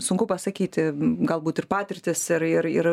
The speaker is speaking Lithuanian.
sunku pasakyti galbūt ir patirtys ir ir ir